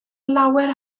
lawer